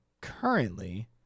currently